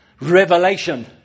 revelation